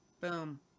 Boom